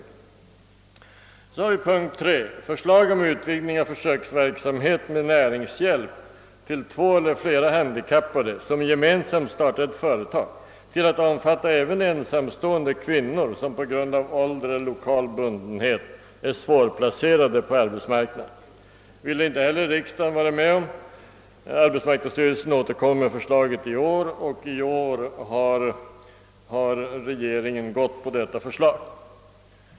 För det tredje föreslog vi att riksdagen skulle begära förslag om utvidgning av försöksverksamhet med näringshjälp till två eller flera handikappade som gemensamt startar ett företag till att omfatta även ensamstående kvinnor som på grund av ålder eller lokal bundenhet är svårplacerade på arbetsmarknaden. Det ville riksdagen inte heller vara med om. Arbetsmarknadsstyrelsen återkom med förslaget i år, och i år har regeringen tagit upp det.